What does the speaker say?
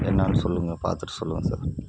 என்னென்னு சொல்லுங்கள் பார்த்துட்டு சொல்லுங்கள் சார்